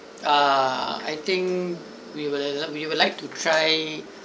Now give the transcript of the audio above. uh I think we will we would like to try